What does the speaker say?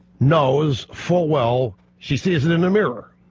knows falwell she sees in in the mirror